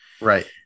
Right